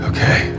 Okay